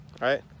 right